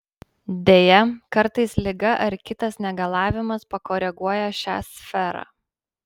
deja kartais liga ar kitas negalavimas pakoreguoja šią sferą